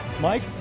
Mike